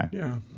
yeah.